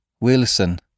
Wilson